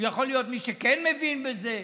הוא יכול להיות מי שכן מבין בזה,